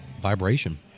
Vibration